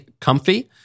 comfy